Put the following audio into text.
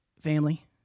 family